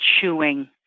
chewing